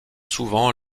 souvent